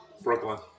Brooklyn